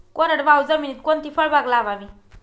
कोरडवाहू जमिनीत कोणती फळबाग लावावी?